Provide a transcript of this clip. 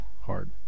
hard